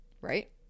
right